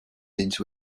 into